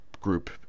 group